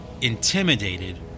intimidated